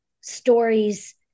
stories